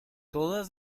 todas